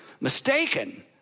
mistaken